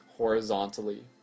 horizontally